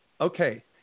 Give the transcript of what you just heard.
Okay